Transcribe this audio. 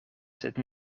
sed